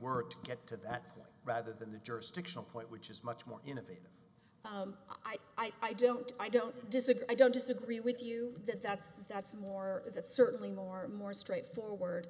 were to get to that point rather than the jurisdictional point which is much more innovative i don't i don't disagree i don't disagree with you that that's that's more it's certainly more more straightforward